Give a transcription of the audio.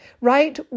right